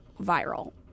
viral